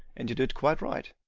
and you did quite right.